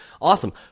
Awesome